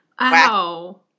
wow